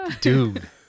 dude